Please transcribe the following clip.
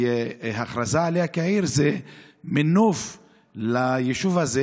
והכרזה עליה כעיר זה מינוף ליישוב הזה,